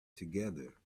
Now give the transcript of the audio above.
together